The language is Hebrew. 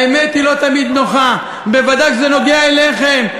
האמת היא לא תמיד נוחה, בוודאי כשזה נוגע אליכם.